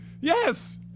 Yes